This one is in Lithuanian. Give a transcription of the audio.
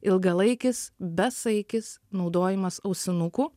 ilgalaikis besaikis naudojimas ausinukų